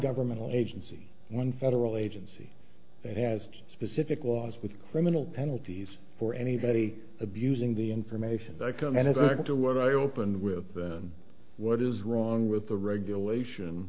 government agency one federal agency that has specific laws with criminal penalties for anybody abusing the information that come in effect or what i opened with than what is wrong with the regulation